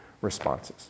responses